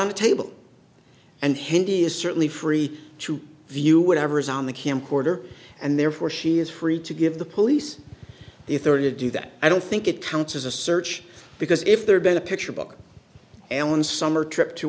on the table and hindi is certainly free to view whatever is on the camcorder and therefore she is free to give the police the authority to do that i don't think it counts as a search because if there'd been a picture book alan summer trip to